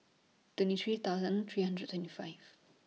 twenty three thousand three hundred and twenty five